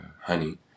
honey